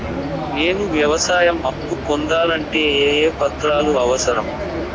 నేను వ్యవసాయం అప్పు పొందాలంటే ఏ ఏ పత్రాలు అవసరం?